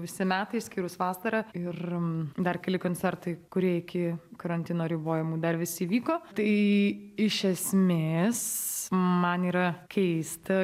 visi metai išskyrus vasarą ir dar keli koncertai kurie iki karantino ribojimų dar vis įvyko tai iš esmės man yra keista